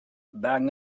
bang